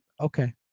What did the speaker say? Okay